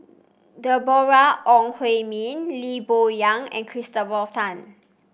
Deborah Ong Hui Min Lee Boon Yang and Christopher Tan